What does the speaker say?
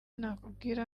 nakubwira